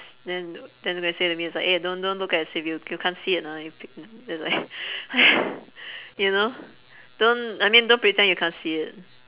s~ then uh then go say to me it's like eh don't don't look as if you you can't see it ah you p~ it's like like you know don't I mean don't pretend you can't see it